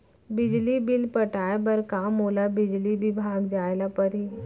बिजली बिल पटाय बर का मोला बिजली विभाग जाय ल परही?